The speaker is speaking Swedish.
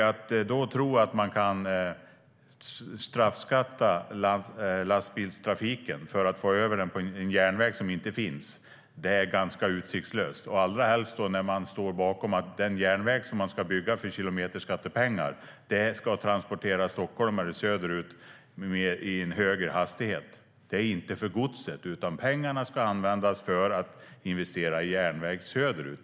Att tro att man kan straffbeskatta lastbilstrafiken för att få över den på en järnväg som inte finns är ganska utsiktslöst, allra helst när man står bakom att den järnväg man ska bygga för kilometerskattepengar ska transportera stockholmare söderut i högre hastighet. Det är inte för godset, utan pengarna ska användas för att investera i järnväg söderut.